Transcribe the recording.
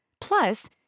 Plus